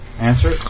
Answer